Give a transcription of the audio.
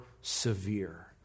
severe